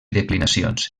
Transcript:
declinacions